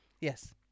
Yes